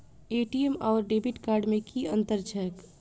ATM आओर debit card मे की अंतर छैक?